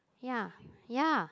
ya ya